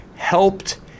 helped